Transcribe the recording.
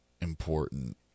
important